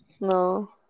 No